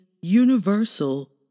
universal